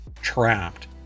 trapped